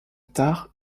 tard